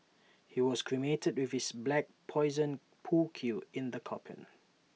he was cremated with his black Poison pool cue in the coffin